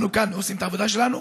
אנחנו כאן עושים את העבודה שלנו